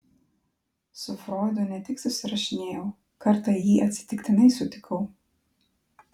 su froidu ne tik susirašinėjau kartą jį atsitiktinai sutikau